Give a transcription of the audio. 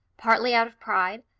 partly out of pride,